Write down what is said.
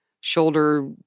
shoulder